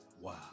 wow